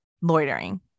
Loitering